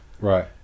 Right